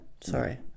Sorry